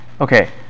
okay